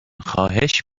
خواهش